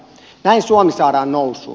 näin suomi saadaan nousuun